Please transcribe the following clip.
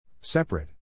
Separate